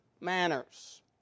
manners